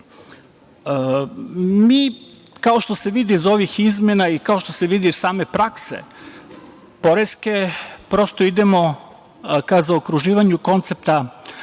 donosi. Kao što se vidi iz ovih izmena i kao što se vidi iz same poreske prakse, mi prosto idemo ka zaokruživanju koncepta